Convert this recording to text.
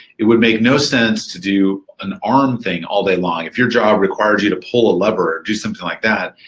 it would make no sense to do an arm thing all day long. if your job requires you to pull a lever, or do something like that,